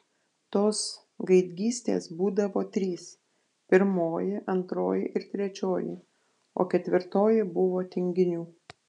tos gaidgystės būdavo trys pirmoji antroji ir trečioji o ketvirtoji buvo tinginių